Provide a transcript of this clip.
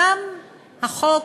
גם החוק